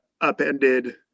upended